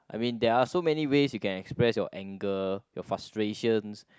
I mean there are so many ways you can express your anger your frustrations